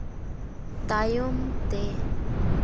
ᱛᱟᱭᱚᱢ ᱛᱮ